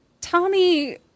Tommy